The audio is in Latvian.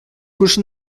kurš